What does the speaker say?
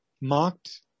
Mocked